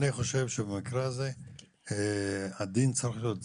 אני חושב שבמקרה הזה הדין צריך להיות זהה.